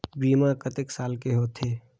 बीमा कतेक साल के होथे?